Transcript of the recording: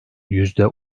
yüzde